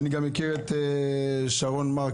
אני גם מכיר את שרון מרק,